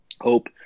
hope